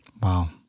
Wow